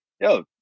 yo